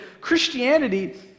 Christianity